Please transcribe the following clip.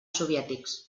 soviètics